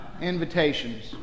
Invitations